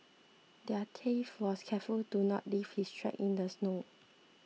the thief was careful to not leave his tracks in the snow